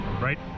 Right